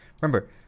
Remember